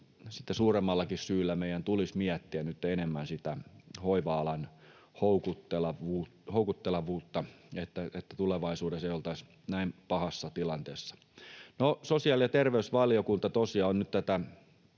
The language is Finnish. suuremmalla syyllä meidän tulisi miettiä nyt enemmän sitä hoiva-alan houkuttelevuutta, että tulevaisuudessa emme olisi näin pahassa tilanteessa. Sosiaali- ja terveysvaliokunta on nyt tätä